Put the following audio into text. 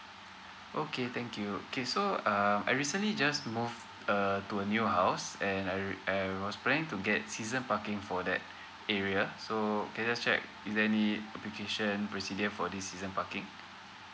okay thank you okay so uh I recently just move uh to a new house and I re~ I was planning to get season parking for that area so can I just check is there any application procedure for this season parking